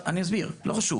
זה לא חוק